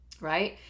right